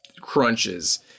crunches